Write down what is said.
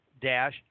dash